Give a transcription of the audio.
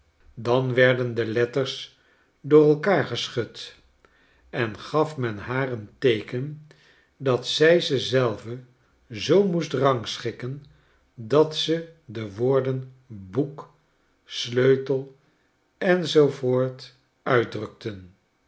dan werden die letters door elkaar geschud en feaf men haar een teeken dat zij ze zelven zoo moest rangschikken dat ze de woorden boek sleutel enz uitdrukten